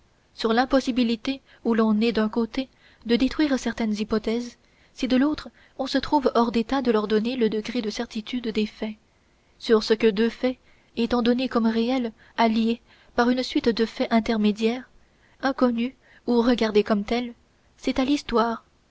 sur l'impossibilité où l'on est d'un côté de détruire certaines hypothèses si de l'autre on se trouve hors d'état de leur donner le degré de certitude des faits sur ce que deux faits étant donnés comme réels à lier par une suite de faits intermédiaires inconnus ou regardés comme tels c'est à l'histoire